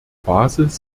basis